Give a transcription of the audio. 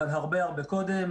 אבל הרבה הרבה קודם,